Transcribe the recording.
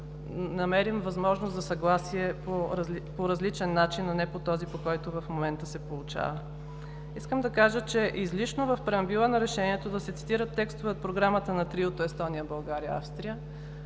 намерим възможност за съгласие по различен начин, а не по този, който в момента се получава. Искам да кажа, че е излишно в преамбюла на решението да се цитират текстове от Програмата на Триото – Естония, България, Австрия.